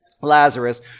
Lazarus